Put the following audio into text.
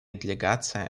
делегация